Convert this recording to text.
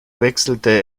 wechselte